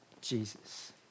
Jesus